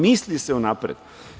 Misli se unapred.